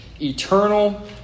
eternal